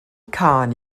cân